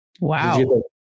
wow